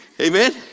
amen